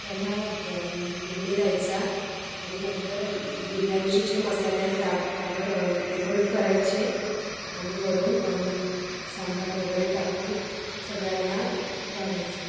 त्याला द फोडणी द्यायची आणि नंतर बिर्याणीचे जे मसाले आहेत त्या त्यावर डेकोरेट करायचे आणि वरून सांबार वगैरे टाकून सगळ्यांना वाढायचं